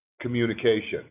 communication